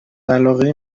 علاقه